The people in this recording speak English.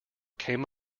came